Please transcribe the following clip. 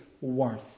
worth